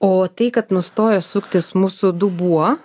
o tai kad nustoja suktis mūsų dubuo